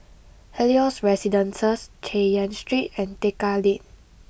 Helios Residences Chay Yan Street and Tekka Lane